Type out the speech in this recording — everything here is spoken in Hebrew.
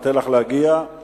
אנחנו ניתן לך להגיע למקום,